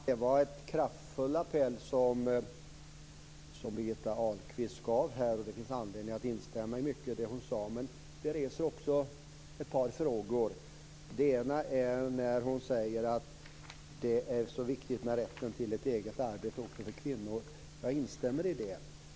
Herr talman! Det var en kraftfull appell som Birgitta Ahlqvist gav här. Det finns anledning att instämma i mycket av det hon sade. Men det reser också ett par frågor. Hon säger att det är viktigt med rätten till ett eget arbete också för kvinnor. Jag instämmer i det.